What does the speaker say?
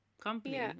company